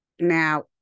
Now